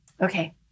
Okay